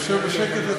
יושב בשקט.